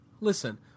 listen